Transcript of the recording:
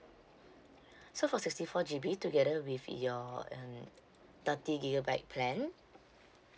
so for sixty four G_B together with your um thirty gigabyte plan